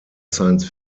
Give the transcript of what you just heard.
science